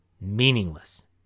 meaningless